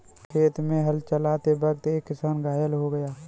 खेत में हल चलाते वक्त एक किसान घायल हो गया